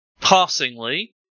Passingly